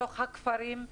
בתוך הכפרים,